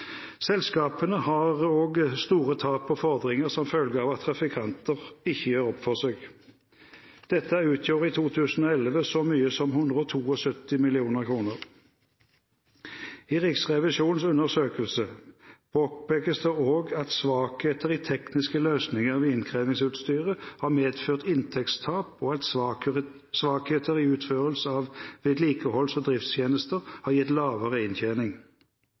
Selskapene har også store tap på fordringer som følge av at trafikanter ikke gjør opp for seg. Dette utgjorde i 2011 så mye som 172 mill. kr. I Riksrevisjonens undersøkelse påpekes det også at svakheter i tekniske løsninger ved innkrevingsutstyret har medført inntektstap, og at svakheter i utførelsen av vedlikeholds- og driftstjenester har gitt lavere inntjening.